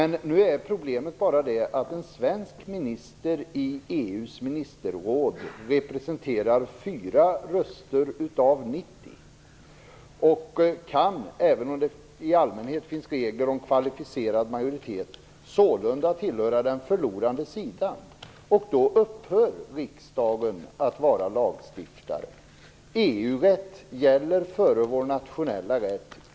Nu är problemet bara att en svensk minister i EU:s ministerråd representerar 4 röster av 90 och kan sålunda, även om det i allmänhet finns regler om kvalificerad majoritet, tillhöra den förlorande sidan. Då upphör riksdagen att vara lagstiftare. EU-rätt gäller före vår nationella rätt.